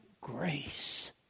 grace